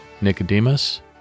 Nicodemus